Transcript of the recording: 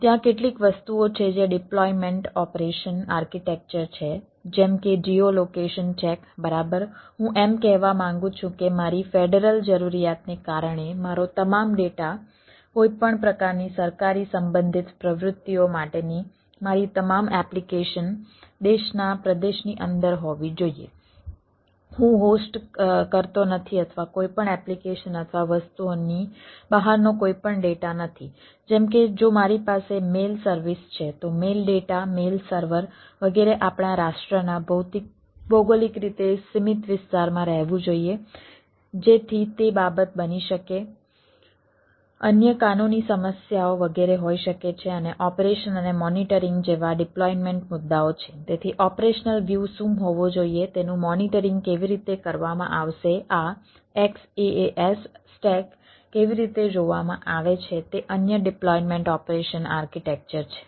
ત્યાં કેટલીક વસ્તુઓ છે જે ડિપ્લોયમેન્ટ ઓપરેશન શું હોવો જોઈએ તેનું મોનીટરીંગ કેવી રીતે કરવામાં આવશે આ XaaS સ્ટેક કેવી રીતે જોવામાં આવે છે તે અન્ય ડિપ્લોયમેન્ટ ઓપરેશન આર્કિટેક્ચર છે